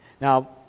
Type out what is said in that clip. Now